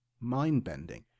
Mind-bending